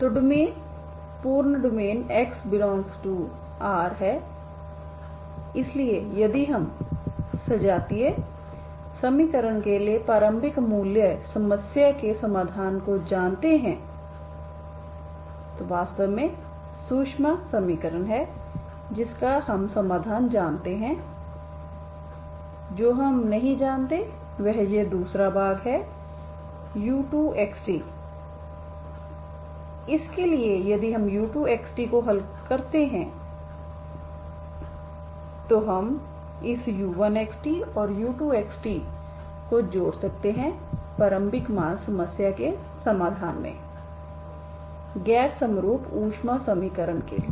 तो डोमेन पूर्ण domain x∈R है इसलिए यदि हम सजातीय समीकरण के लिए प्रारंभिक मूल्य समस्या के समाधान को जानते हैं तो वास्तव में सुषमा समीकरण है जिसका हम समाधान जानते हैं और जो हम नहीं जानते वह यह दूसरा भाग है u2xt इसलिए यदि हम u2xt को हल करते हैं तो हम इस u1xt और u2xt को जोड़ सकते हैं प्रारंभिक मान समस्या के समाधान में गैर समरूप ऊष्मा समीकरण के लिए